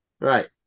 right